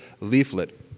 leaflet